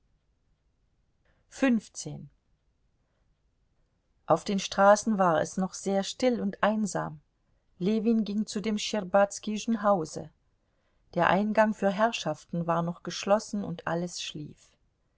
auf den straßen war es noch sehr still und einsam ljewin ging zu dem schtscherbazkischen hause der eingang für herrschaften war noch geschlossen und alles schlief